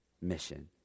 mission